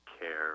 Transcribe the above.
care